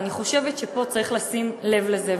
ואני חושבת שפה צריך לשים לב לזה,